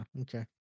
Okay